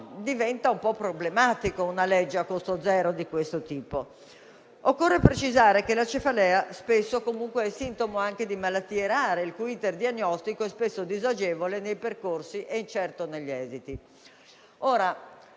diventa un po' problematica una legge a costo zero di questo tipo. Occorre precisare che la cefalea spesso è sintomo anche di malattie rare, il cui *iter* diagnostico è spesso disagevole nei percorsi e incerto negli esiti.